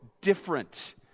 Different